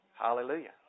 Hallelujah